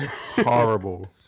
horrible